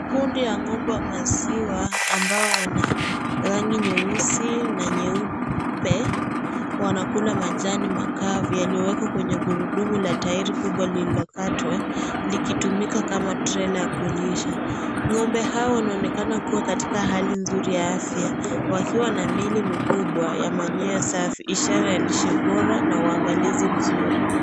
Kundi ya ng'ombe ya maziwa ambao wana rangi nyeusi na nyeupe; wanakula majani makavu yaliyowekwa kwenye gurudumu la tairi kubwa lililokatwa likitumika kama trela la kulisha. Ng'ombe hao wanaonekana kuwa katika hali nzuri ya afya wakiwa na miili mikubwa na manyoya safi; ishara ya lishe bora na uangalizi mzuri.